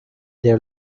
their